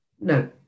No